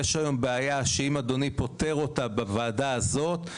ויש פה בעיה שאם אדוני פותר אותה בוועדה הזו,